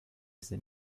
ese